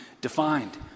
defined